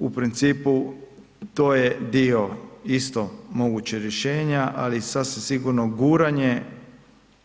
U principu to je dio isto moguće rješenja, ali sasvim sigurno guranje